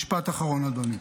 משפט אחרון, אדוני.